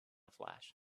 flash